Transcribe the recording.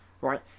right